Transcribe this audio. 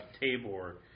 Tabor